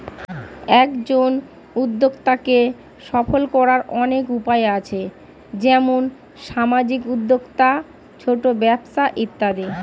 একজন উদ্যোক্তাকে সফল করার অনেক উপায় আছে, যেমন সামাজিক উদ্যোক্তা, ছোট ব্যবসা ইত্যাদি